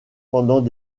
pendant